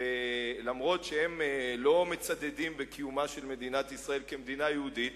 גם אם הם לא מצדדים בקיומה של מדינת ישראל כמדינה יהודית,